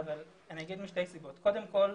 אגיד משתי סיבות, קודם כול,